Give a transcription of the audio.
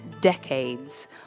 decades